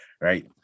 Right